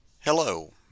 Hello